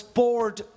bored